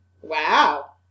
Wow